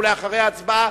ואחריה הצבעה.